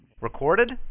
Recorded